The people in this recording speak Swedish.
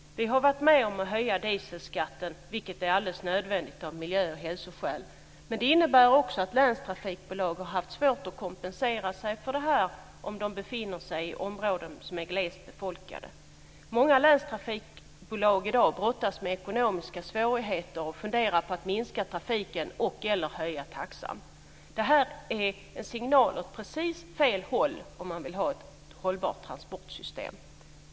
Vi har varit med om att höja dieselskatten, vilket är alldeles nödvändigt av miljö och hälsoskäl, men det innebär också att länstrafikbolag har svårt att kompensera sig för det om de befinner sig i områden som är glest befolkade. Många länstrafikbolag brottas i dag med ekonomiska svårigheter och funderar på att minska trafiken eller höja taxan. Det här är en signal åt precis fel håll om man vill ha ett hållbart transportsystem.